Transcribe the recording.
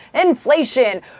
inflation